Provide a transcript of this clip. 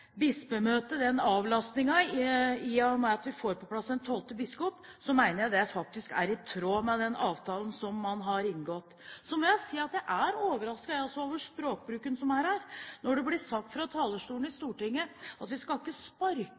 i og med at vi får på plass en tolvte biskop, mener jeg faktisk er i tråd med den avtalen som man har inngått. Så må jeg si at jeg også er overrasket over språkbruken her. Når det blir sagt fra talerstolen i Stortinget at vi ikke skal «sparke noen som ligger nede», er ikke